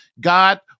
God